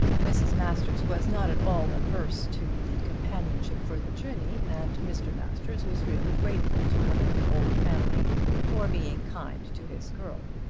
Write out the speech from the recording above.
mrs. masters was not at all averse to the companionship for the journey, and mr. masters was really grateful to one of the old family for being kind to his girl.